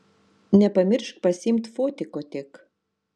nepamiršk pasiimt fotiko tik